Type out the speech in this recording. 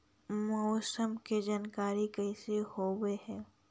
मौसमा के जानकारी कैसे होब है?